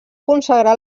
consagrar